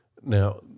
Now